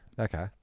Okay